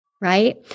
right